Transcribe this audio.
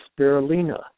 spirulina